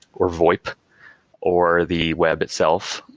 or voip or the web itself,